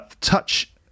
touch